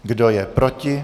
Kdo je proti?